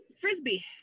Frisbee